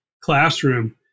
classroom